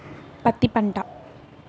పత్తి పంట